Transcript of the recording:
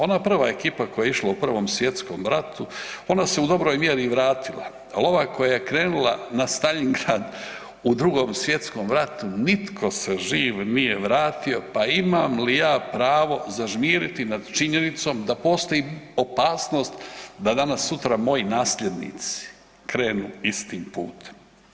Ona prva ekipa koja je išla u Prvom svjetskom ratu ona se u dobroj mjeri i vratila, al ova koja je krenula na Staljin Grad u Drugom svjetskom ratu nitko se živ nije vratio, pa imam li ja pravo zažmiriti nad činjenicom da postoji opasnost da danas sutra moji nasljednici krenu istim putem?